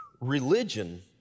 Religion